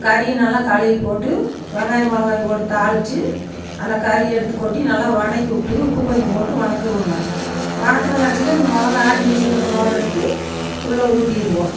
கறி நல்லா கழுவி போட்டு வெங்காயம் மிளகாய் போட்டு தாளித்து அந்த கறி எடுத்து கொட்டி நல்லா வதக்கி விட்டு உப்பு கொஞ்சம் போட்டு வதக்குக்குங்க வதக்குன கடைசியில் இந்த மிளக ஆட்டி வச்சிருக்கிற மிளகு எடுத்து உள்ளே ஊத்திடுவோம்